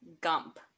Gump